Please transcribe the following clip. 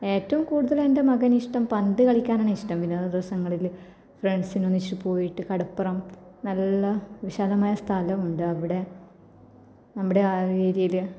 ഏറ്റവും കൂടുതലെന്റെ മകനിഷ്ടം പന്ത് കളിക്കാനാണിഷ്ടം പിന്നെ ഒഴിവു ദിവസങ്ങളിൽ ഫ്രണ്ട്സിനൊന്നിച്ചു പോയിട്ട് കടപ്പുറം നല്ല വിശാലമായ സ്ഥലമുണ്ടവിടെ നമ്മുടെയാ ഏരിയയിൽ